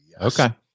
Okay